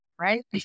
Right